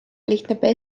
lihtne